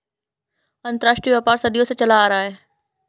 अंतरराष्ट्रीय व्यापार सदियों से चला आ रहा है